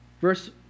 Verse